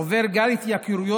עובר גל התייקרויות.